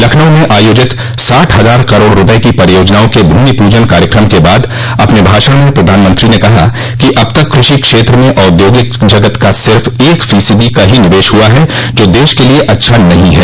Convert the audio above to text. लखनऊ में आयोजित साठ हजार करोड़ रुपये की परियोजनाओं के भूमि पूजन कार्यक्रम के बाद अपने भाषण में प्रधानमंत्री ने कहा कि अब तक कृषि क्षेत्र में औद्योगिक जगत का सिर्फ एक फोसदी का ही निवेश हुआ है जो देश के लिए अच्छा नहीं है